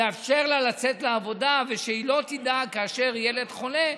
לאפשר לה לצאת לעבודה ושהיא לא תדאג כאשר ילד חולה,